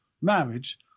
marriage